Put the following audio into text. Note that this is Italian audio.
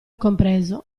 compreso